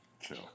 Chill